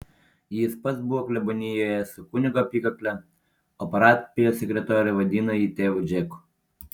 jis pats buvo klebonijoje su kunigo apykakle o parapijos sekretorė vadino jį tėvu džeku